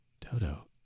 Toto